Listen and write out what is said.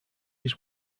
his